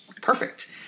Perfect